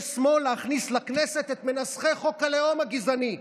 שמאל להכניס לכנסת את מנסחי חוק הלאום הגזעני.